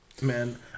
Man